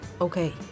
Okay